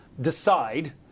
decide